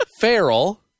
feral